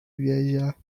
viajar